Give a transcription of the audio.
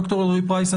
ד"ר אלרעי-פרייס,